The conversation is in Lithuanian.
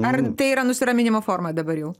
ar tai yra nusiraminimo forma dabar jau